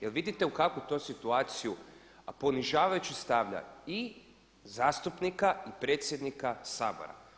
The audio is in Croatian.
Je li vidite u kakvu to situaciju, ponižavajuću stavlja i zastupnika i predsjednika Sabora.